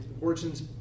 Origins